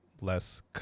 less